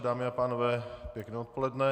Dámy a pánové, pěkné odpoledne.